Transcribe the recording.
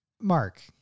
Mark